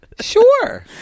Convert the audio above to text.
sure